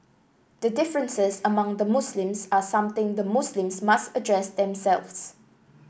the differences among the Muslims are something the Muslims must address themselves